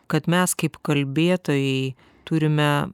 kad mes kaip kalbėtojai turime